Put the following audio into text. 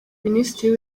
minisitiri